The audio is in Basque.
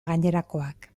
gainerakoak